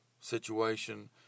situation